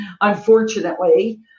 unfortunately